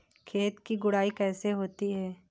खेत की गुड़ाई कैसे होती हैं?